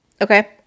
okay